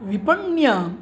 विपण्याम्